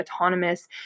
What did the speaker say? autonomous